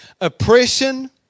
oppression